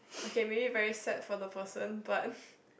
okay mayne very sad for the person but